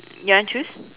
you want choose